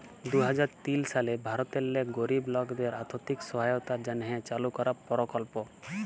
দু হাজার তিল সালে ভারতেল্লে গরিব লকদের আথ্থিক সহায়তার জ্যনহে চালু করা পরকল্প